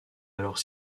alors